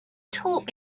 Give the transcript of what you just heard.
taught